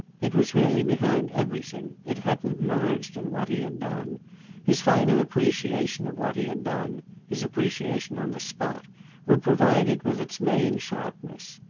it was really behind everything it hadn't merged in what he had done his final appreciation of what he had done his appreciation on the spot would provide it with its main sharpness.